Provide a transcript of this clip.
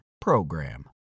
PROGRAM